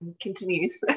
continues